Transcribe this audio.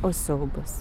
o siaubas